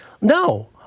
No